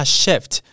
shift